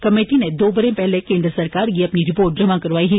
committee नै दो बरें पैहले केंद्र सरकार गी अपनी रिपोर्ट जमा करोआई ही